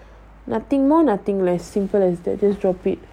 nothing more nothing less simple as that just drop it